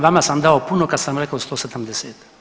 Vama sam dao puno kad sam rekao 170.